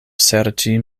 serĉi